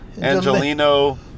Angelino